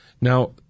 Now